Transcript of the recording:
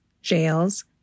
jails